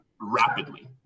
rapidly